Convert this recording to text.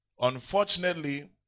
Unfortunately